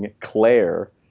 Claire